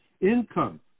Income